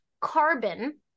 carbon